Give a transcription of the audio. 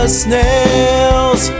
snails